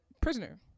prisoner